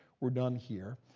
were done here.